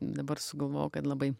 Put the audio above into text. dabar sugalvojau kad labai